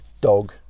dog